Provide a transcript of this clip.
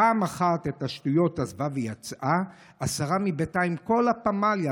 פעם אחת את השטויות עזבה ויצאה השרה מביתה עם כל הפמליה,